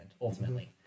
ultimately